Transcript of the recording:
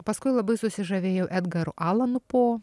paskui labai susižavėjau edgaru alanu po